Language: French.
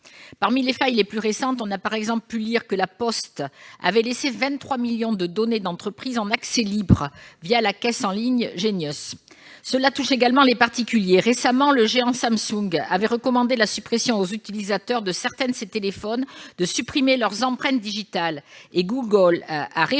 Parmi les failles les plus récentes, on a par exemple pu lire que La Poste avait « laissé 23 millions de données d'entreprises en accès libre », la caisse en ligne Genius. Ce problème touche également les particuliers. Récemment, le géant Samsung avait recommandé aux utilisateurs de certains de ses téléphones de supprimer leurs empreintes digitales. Et Google a révélé